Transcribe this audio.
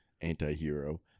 anti-hero